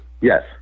Yes